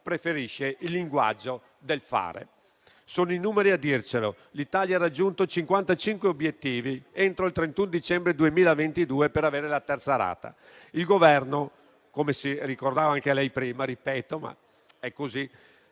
preferisce il linguaggio del fare. Sono i numeri a dircelo: l'Italia ha raggiunto 55 obiettivi entro il 31 dicembre 2022 per avere la terza rata. Il Governo, come ha ricordato anche lei prima, signor Ministro,